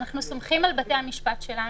אנחנו סומכים על בתי המשפט שלנו,